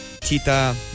Tita